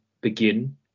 begin